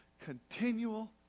continual